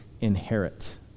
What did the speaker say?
inherit